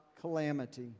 calamity